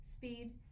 Speed